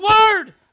word